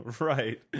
right